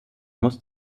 muss